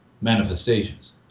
manifestations